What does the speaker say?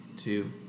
Two